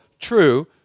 true